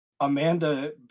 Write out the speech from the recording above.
Amanda